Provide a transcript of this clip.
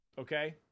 okay